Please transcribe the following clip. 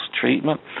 treatment